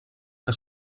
que